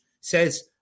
says